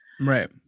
Right